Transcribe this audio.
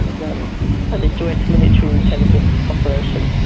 it was um and a joint military intelligence operation.